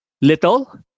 little